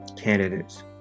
candidates